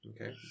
Okay